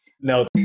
no